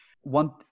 One